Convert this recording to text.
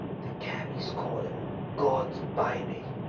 the cabbies call him god's baby,